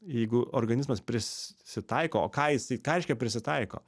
jeigu organizmas prisitaiko o ką jisai ką reiškia prisitaiko